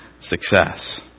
success